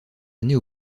années